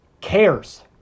cares